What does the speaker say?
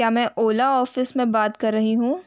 क्या मैं ओला ऑफिस में बात कर रही हूँ